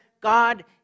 God